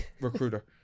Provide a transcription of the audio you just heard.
recruiter